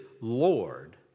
Lord